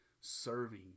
serving